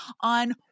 on